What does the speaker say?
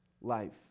life